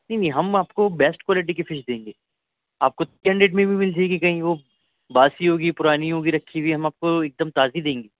نہیں نہیں ہم آپ کو بیسٹ کوالٹی کی فش دیں گے آپ کو تھری ہنڈریڈ میں بھی مل جائےگی کہیں وہ باسی ہوگی پرانی ہوگی رکھی ہوئی ہم آپ کو ایک دم تازی دیں گے